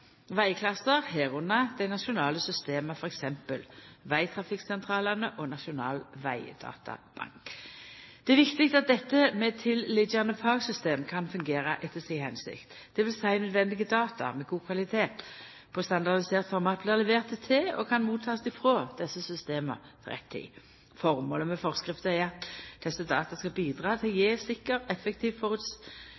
vegklassar, medrekna dei nasjonale systema, t.d. vegtrafikksentralane og Nasjonal vegdatabank. Det er viktig at dette med tilliggjande fagsystem kan fungera etter si hensikt, dvs. at nødvendige data med god kvalitet, på standardiserte format, blir leverte til og kan takast imot frå desse systema til rett tid. Formålet med forskrifta er at desse data skal bidra til